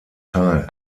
teil